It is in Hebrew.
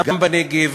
גם בנגב,